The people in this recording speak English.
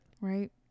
Right